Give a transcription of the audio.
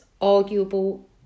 arguable